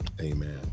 Amen